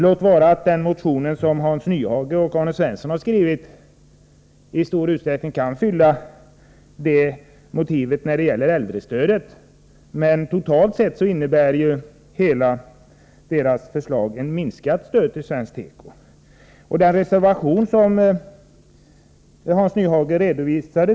Må vara att den motion som Hans Nyhage och Arne Svensson har skrivit i stor utsträckning kan fylla det syftet när det gäller äldrestödet, men totalt sett innebär hela deras förslag ett minskat stöd till svensk tekoindustri.